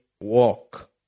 walk